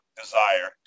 desire